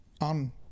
on